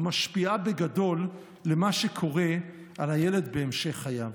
משפיעה בגדול על מה שקורה לילד בהמשך חייו.